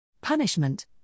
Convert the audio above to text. Punishment